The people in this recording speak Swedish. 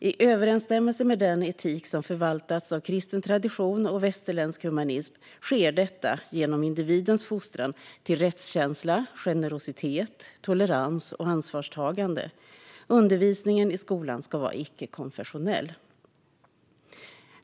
I överensstämmelse med den etik som förvaltats av kristen tradition och västerländsk humanism sker detta genom individens fostran till rättskänsla, generositet, tolerans och ansvarstagande. Undervisningen i skolan ska vara icke-konfessionell."